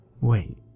Wait